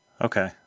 Okay